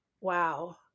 wow